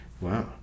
Wow